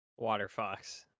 Waterfox